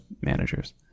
managers